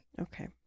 Okay